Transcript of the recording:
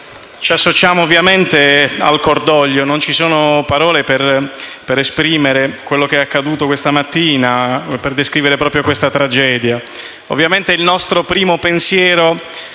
ci associamo ovviamente al cordoglio. Non ci sono parole per esprimere quello che è accaduto questa mattina e per descrivere questa tragedia. Ovviamente il nostro primo pensiero